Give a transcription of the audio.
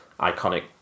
iconic